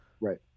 Right